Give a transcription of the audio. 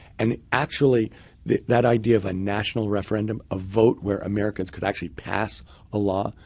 and actually that that idea of a national referendum, a vote where americans could actually pass a law,